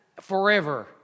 forever